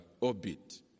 orbit